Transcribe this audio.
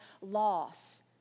loss